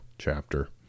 chapter